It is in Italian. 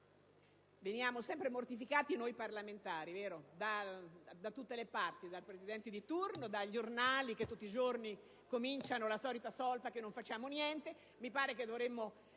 veniamo sempre mortificati da tutte le parti: dal Presidente di turno, dalla stampa che tutti i giorni comincia la solita solfa che non facciamo niente.